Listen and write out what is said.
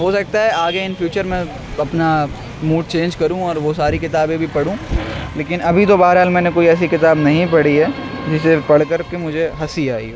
ہو سکتا ہے آگے ان فیوچر میں اپنا موڈ چینج کروں اور وہ ساری کتابیں بھی پڑھوں لیکن ابھی تو بہر حال میں نے کوئی ایسی کتاب نہیں پڑھی ہے جسے پڑھ کر کے مجھے ہنسی آئی ہو